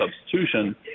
substitution